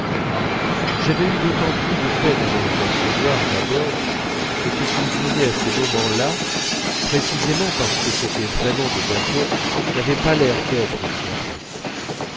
j'avais eu d'autant plus de peine à m'en apercevoir d'abord que ce qu'il disait à ces moments-là précisément parce que c'était vraiment de bergotte n'avait pas l'air d'être du bergotte